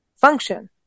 function